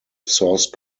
source